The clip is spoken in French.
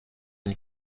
une